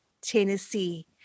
Tennessee